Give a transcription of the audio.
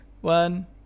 one